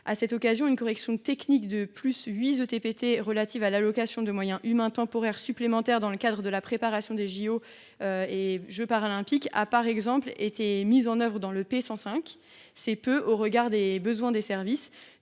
À cette occasion, une correction technique de +8 ETPT relative à l’allocation de moyens humains temporaires supplémentaires dans le cadre de la préparation des JOP a par exemple été mise en œuvre dans le programme 105, ce qui est peu au regard des besoins des services.